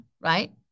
right